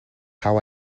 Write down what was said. how